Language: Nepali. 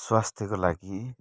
स्वास्थ्यको लागि